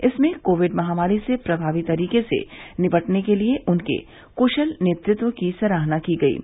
इसमें कोविड महामारी से प्रभावी तरीके से निपटने के लिए उनके कुशल नेतृत्व की सराहना की गई है